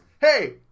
hey